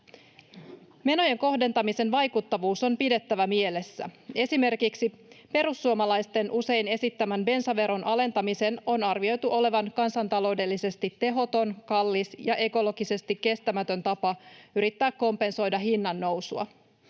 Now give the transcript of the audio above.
Menojen kohdentamisen vaikuttavuus on pidettävä mielessä. Esimerkiksi perussuomalaisten usein esittämän bensaveron alentamisen on arvioitu olevan kansantaloudellisesti tehoton, kallis ja ekologisesti kestämätön tapa yrittää kompensoida hinnannousua.